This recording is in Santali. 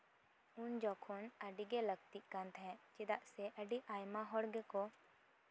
ᱩᱱ ᱡᱚᱠᱷᱚᱱ ᱟᱹᱰᱤᱜᱮ ᱞᱟᱹᱠᱛᱤᱜ ᱠᱟᱱ ᱛᱟᱦᱮᱸᱜ ᱪᱮᱫᱟ ᱥᱮ ᱟᱹᱰᱤ ᱟᱭᱢᱟ ᱦᱚᱲ ᱜᱮᱠᱚ